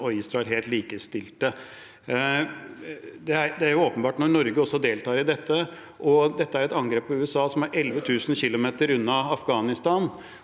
og Israel helt likestilt. Det er åpenbart når Norge også deltok i det, og det var et angrep på USA, som er 11 000 km unna Afghanistan,